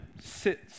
sits